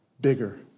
bigger